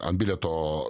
an bilieto